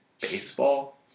baseball